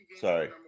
Sorry